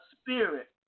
spirit